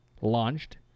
Launched